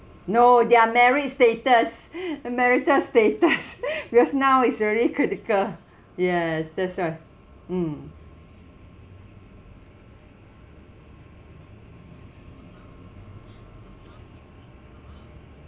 no their married status uh marital status because now it's already critical yes that's right mm